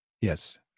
Yes